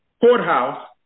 Courthouse